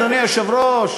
אדוני היושב-ראש,